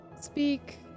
Speak